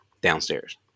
downstairs